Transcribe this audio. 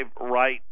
right